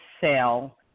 sale